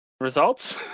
results